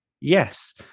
Yes